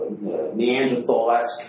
Neanderthal-esque